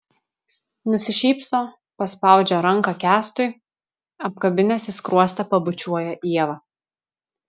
nusišypso paspaudžia ranką kęstui apkabinęs į skruostą pabučiuoja ievą